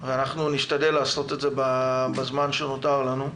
אנחנו נשתדל לעשות את זה בזמן שנותר לנו.